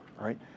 right